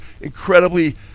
incredibly